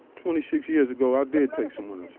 twenty six years ago, i did take someone else's